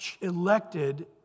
elected